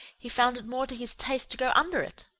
he found it more to his taste to go under it.